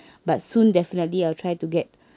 but soon definitely I'll try to get